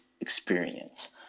Experience